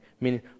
Meaning